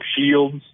Shields